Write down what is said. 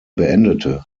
beendete